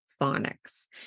phonics